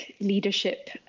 leadership